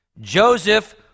Joseph